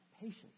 patience